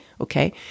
Okay